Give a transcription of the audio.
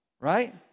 Right